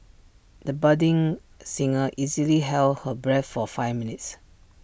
the budding singer easily held her breath for five minutes